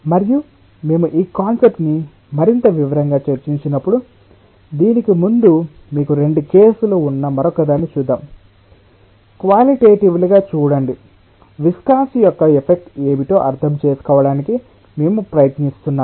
మరియు మేము ఈ కాన్సెప్ట్ ని మరింత వివరంగా చర్చించినప్పుడు దీనికి ముందు మీకు రెండు కేసులు ఉన్న మరొకదాన్ని చూద్దాం క్వాలిటెటివ్లిగా చూడండి విస్కాసిటి యొక్క ఎఫెక్ట్ ఏమిటో అర్థం చేసుకోవడానికి మేము ప్రయత్నిస్తున్నాము